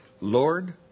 Lord